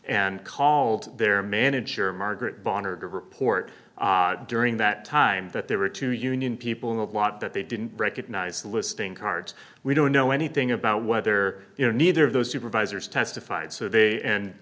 and called their manager margaret barnard to report during that time that there were two union people in the lot that they didn't recognize the listing cards we don't know anything about whether you know neither of those supervisors testified so they and